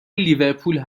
لیورپول